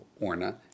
Orna